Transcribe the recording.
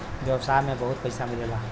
व्यवसाय में बहुत पइसा मिलेला